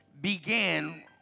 began